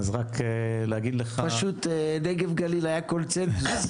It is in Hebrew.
על נגב וגליל היה קונצנזוס.